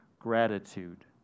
gratitude